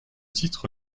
titre